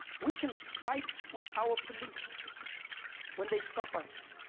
we can fight with our police when they stop us